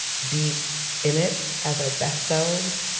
be in it as our best selves?